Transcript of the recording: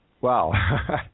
Wow